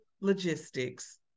logistics